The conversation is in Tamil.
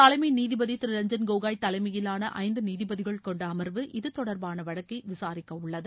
தலைமை நீதிபதி திரு ரஞ்சன் கோகாய் தலைமையிலான ஐந்து நீதிபதிகள் கொண்ட அமர்வு இது தொடர்பான வழக்கை விசாரிக்க உள்ளது